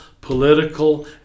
political